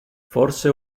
forse